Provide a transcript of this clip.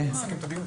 בשקט.